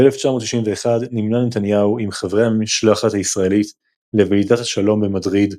ב-1991 נמנה נתניהו עם חברי המשלחת הישראלית לוועידת השלום במדריד,